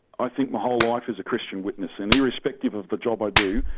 i think my whole life is a christian witness, and irrespective of the job i do,